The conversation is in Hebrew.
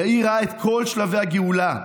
יאיר ראה את כל שלבי הגאולה: